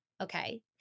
okay